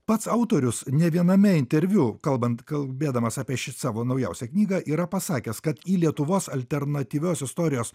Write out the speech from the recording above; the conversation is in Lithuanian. pats autorius ne viename interviu kalbant kalbėdamas apie šį savo naujausią knygą yra pasakęs kad į lietuvos alternatyvios istorijos